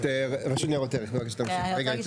רשות ניירות ערך --- אני רוצה להגיד